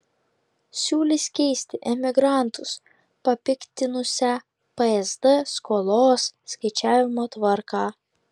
siūlys keisti emigrantus papiktinusią psd skolos skaičiavimo tvarką